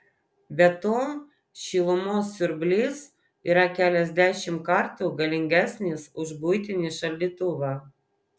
be to šilumos siurblys yra keliasdešimt kartų galingesnis už buitinį šaldytuvą